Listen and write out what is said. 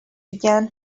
began